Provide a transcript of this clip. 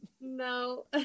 No